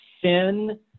Sin